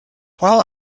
while